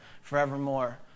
forevermore